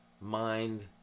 mind